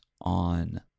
on